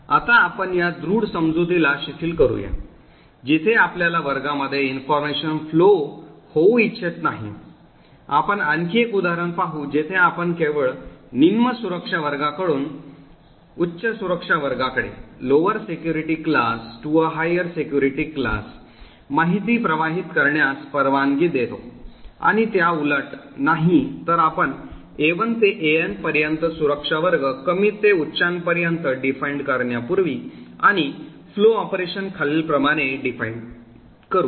आता आपण या दृढ समजुतीला शिथिल करूया जिथे आपल्याला वर्गांमध्ये information flow होऊ इच्छित नाही आपण आणखी एक उदाहरण पाहू जेथे आपण केवळ निम्न सुरक्षा वर्गाकडून उच्च सुरक्षा वर्गाकडे माहिती प्रवाहित करण्यास परवानगी देतो आणि त्याउलट नाही तर आपण A1 ते AN पर्यंत सुरक्षा वर्ग कमी ते उच्चांपर्यंत परिभाषित करण्यापूर्वी आणि फ्लो ऑपरेशन खालीलप्रमाणे परिभाषित करू